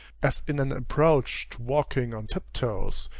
as in an approach to walking on tiptoes,